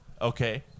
Okay